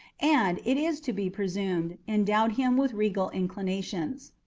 and, it is to be presumed, endowed him with regal inclinations.